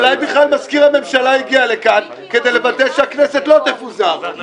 אולי בכלל מזכיר הממשלה הגיע לכאן כדי לוודא שהכנסת לא תפוזר.